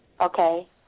Okay